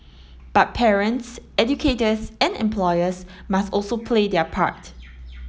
but parents educators and employers must also play their part